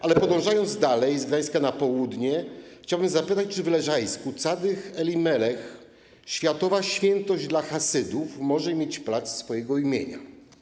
Ale podążając dalej, z Gdańska na południe, chciałbym zapytać, czy w Leżajsku cadyk Elimelech, światowa świętość dla chasydów, może mieć plac swojego imienia.